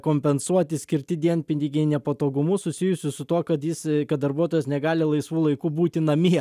kompensuoti skirti dienpinigiai nepatogumus susijusius su tuo kad jis kad darbuotojas negali laisvu laiku būti namie